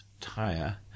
tire